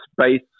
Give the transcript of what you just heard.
space